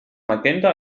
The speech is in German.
magenta